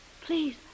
please